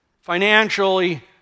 Financially